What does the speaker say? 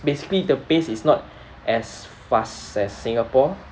basically the pace is not as fast as singapore